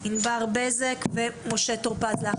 ענבר בזק ומשה טור פז.